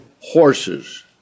horses